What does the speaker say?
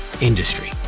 industry